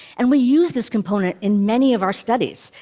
and we use this component in many of our studies.